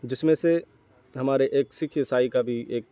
جس میں سے ہمارے ایک سکھ عیسائی کا بھی ایک